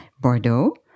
Bordeaux